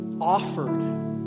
offered